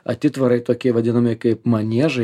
atitvarai tokie vadinami kaip maniežai